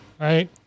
right